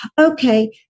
okay